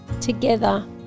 together